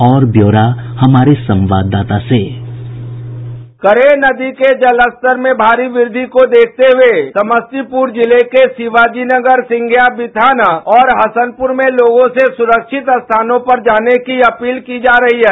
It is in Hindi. और ब्यौरा हमारे संवाददाता से साउंड बाईट करेह नदी के जलस्तर मे भारी वृद्धि को देखते हुए समस्तीपुर जिले के शिवाजीनगर सिंधिया बिथान और हसनपुर में लोगों से सुरक्षित स्थानों पर जाने की अपील की जा रही है